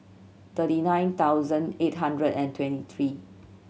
thirty nine thousand eight hundred and twenty three